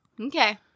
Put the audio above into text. Okay